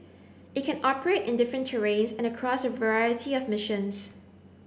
it can operate in different terrains and across a variety of missions